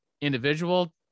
individual